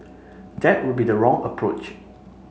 that would be the wrong approach